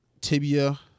tibia